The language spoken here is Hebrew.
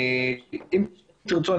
אם תרצו,